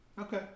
Okay